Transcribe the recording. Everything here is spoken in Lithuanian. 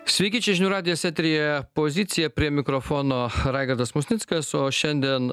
sveiki čia žinių radijas eteryje pozicija prie mikrofono raigardas musnickas o šiandien